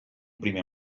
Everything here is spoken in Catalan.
primer